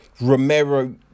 Romero